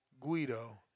Guido